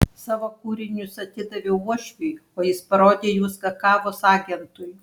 savo kūrinius atidaviau uošviui o jis parodė juos kakavos agentui